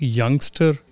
youngster